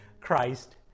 Christ